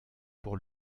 pour